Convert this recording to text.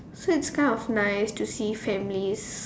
so it's kind of nice to see families